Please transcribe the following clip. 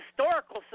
Historical